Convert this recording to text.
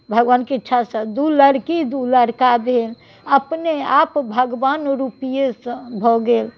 भगवानके इच्छा से दू लड़की दू लड़का भेल अपने आप भगवान रुपिये सँ भऽ गेल